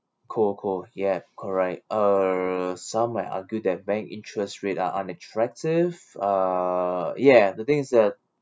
cool cool ya correct uh some might argue that bank interest rate are unattractive uh ya the thing is that